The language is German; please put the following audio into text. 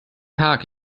tag